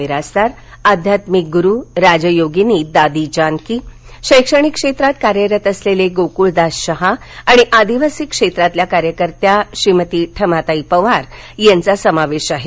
मिरासदार अध्यात्मिक गुरू राजयोगिनी दादी जानकी शैक्षणिक क्षेत्रात कार्यरत असलेले गोक्ळदास शहा आणि आदिवासी क्षेत्रातील कार्यकर्त्या श्रीमती ठमाताई पवार यांचा समावेश आहे